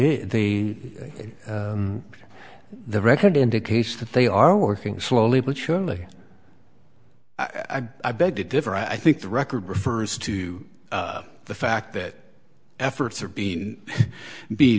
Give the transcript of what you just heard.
the the record indicates that they are working slowly but surely i beg to differ i think the record refers to the fact that efforts are being be